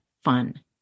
fun